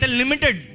limited